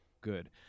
good